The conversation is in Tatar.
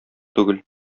түгел